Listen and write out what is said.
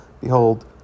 behold